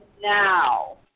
now